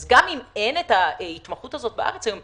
אז גם אם אין את ההתמחות הזאת בארץ היום,